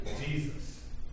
Jesus